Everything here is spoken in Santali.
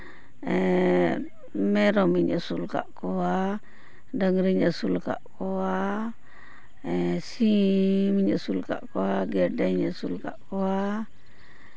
ᱢᱮᱨᱚᱢᱤᱧ ᱟᱹᱥᱩᱞ ᱟᱠᱟᱫ ᱠᱚᱣᱟ ᱰᱟᱹᱝᱨᱤᱧ ᱟᱹᱥᱩᱞ ᱟᱠᱟᱫ ᱠᱚᱣᱟ ᱥᱤᱢᱤᱧ ᱟᱹᱥᱩᱞ ᱠᱟᱜ ᱠᱚᱣᱟ ᱜᱮᱰᱮᱧ ᱟᱹᱥᱩᱞ ᱠᱟᱜ ᱠᱚᱣᱟ